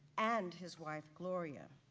and his wife gloria.